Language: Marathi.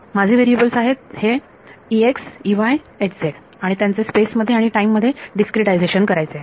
माझे व्हेरिएबल आहेत आहे आणि त्यांचे स्पेस मध्ये आणि टाईम मध्ये डीस्क्रीटायजेशन करायचे आहे